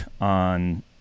on